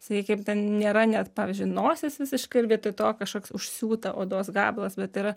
sakykim ten nėra net pavyzdžiui nosies visiškai ir vietoj to kažkas užsiūta odos gabalas bet yra